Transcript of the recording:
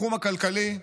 בתחום הכלכלי,